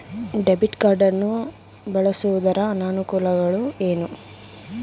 Debit card ಗಳನ್ನು ಬಳಸುವುದರ ಅನಾನುಕೂಲಗಳು ಏನು?